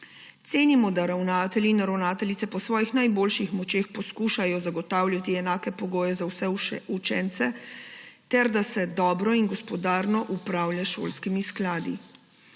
Cenimo, da ravnatelji in ravnateljice po svojih najboljših močeh poskušajo zagotavljati enake pogoje za vse učence ter da se dobro in gospodarno upravlja s šolskimi skladi.